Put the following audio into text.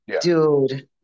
dude